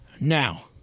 Now